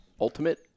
Ultimate